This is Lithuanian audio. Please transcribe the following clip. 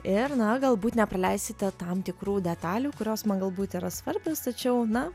ir na galbūt nepraleisite tam tikrų detalių kurios man galbūt yra svarbios tačiau na